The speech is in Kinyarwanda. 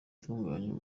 itunganya